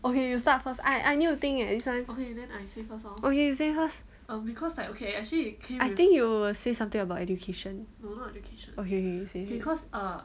okay you start first I I need to think eh this one okay you say first I think you will say something about education okay okay okay say